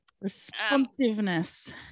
Responsiveness